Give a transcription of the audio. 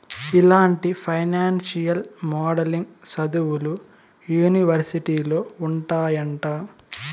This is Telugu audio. ఇలాంటి ఫైనాన్సియల్ మోడలింగ్ సదువులు యూనివర్సిటీలో ఉంటాయంట